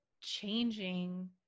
changing